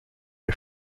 the